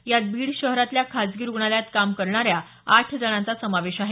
यात बीड शहरातल्या खाजगी रुग्णालयात काम करणाऱ्या आठ जणांचा समावेश आहे